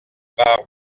par